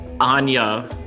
Anya